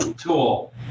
tool